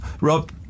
Rob